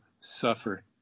suffer